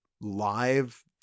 live